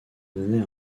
donner